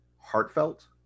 heartfelt